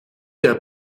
der